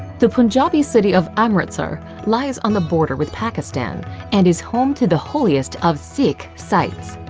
the punjabi city of amritsar lies on the border with pakistan and is home to the holiest of sikh sites.